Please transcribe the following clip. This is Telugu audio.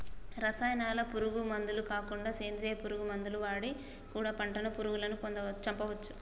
రసాయనాల పురుగు మందులు కాకుండా సేంద్రియ పురుగు మందులు వాడి కూడా పంటను పురుగులను చంపొచ్చు